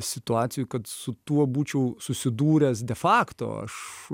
situacijų kad su tuo būčiau susidūręs de fakto aš